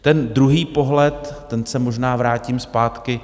Ten druhý pohled, tam se možná vrátím zpátky.